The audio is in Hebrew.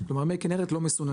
כלומר מי כנרת לא מסוננים,